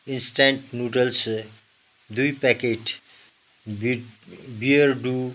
instant noodles दुई packet बिड बियरडु